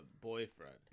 boyfriend